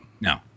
No